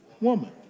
woman